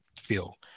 feel